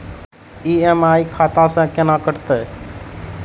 EMI खाता से केना कटते?